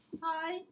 Hi